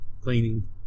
cleaning